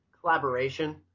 Collaboration